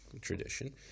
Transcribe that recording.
tradition